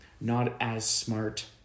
not-as-smart